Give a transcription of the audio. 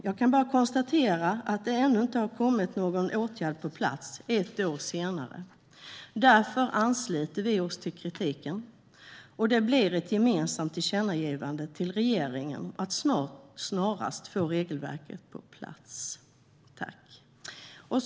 Jag kan bara konstatera att det ett år senare ännu inte har kommit någon åtgärd på plats. Därför ansluter vi oss till kritiken, och det blir ett gemensamt tillkännagivande till regeringen om att snarast få regelverket på plats.